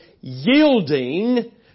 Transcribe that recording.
yielding